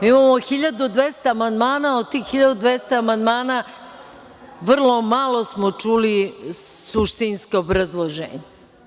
Mi imamo 1.200 amandmana, od tih 1.200 amandmana vrlo malo smo čuli suštinsko obrazloženje.